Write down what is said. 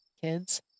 kids